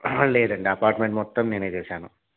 లేదండి అపార్ట్మెంట్ మొత్తం నేనే చేసాను